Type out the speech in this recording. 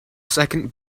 second